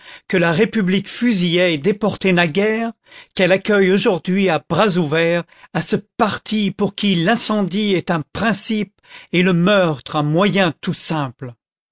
que la république fusillait et déportait naguère qu'elle accueille aujourd'hui à bras ouverts à ce parti pour qui l'incendie est un principe et le meurtre un moyen tout simple